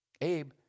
Abe